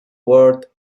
word